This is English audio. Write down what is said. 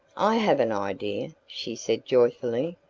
i have an idea, she said joyfully.